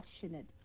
passionate